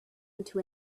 into